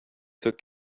took